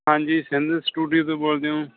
ਹਾਂਜੀ ਸਿੰਧ ਸਟੂਡੀਓ ਤੋਂ ਬੋਲਦੇ ਹੋ